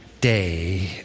day